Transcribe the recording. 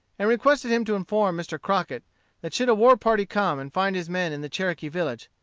and requested him to inform mr. crockett that should a war-party come and find his men in the cherokee village,